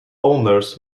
owners